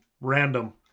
random